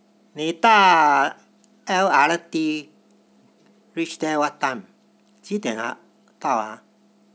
你搭 L_R_T reach there what time 几点啊到啊